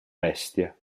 bestia